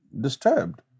disturbed